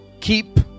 Keep